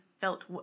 felt